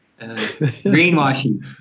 greenwashing